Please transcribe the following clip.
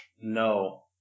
No